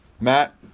Matt